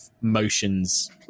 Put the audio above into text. motions